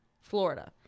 Florida